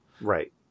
Right